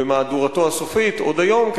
במהדורתו הסופית עוד היום,